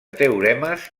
teoremes